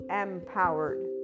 empowered